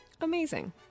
Amazing